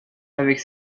avec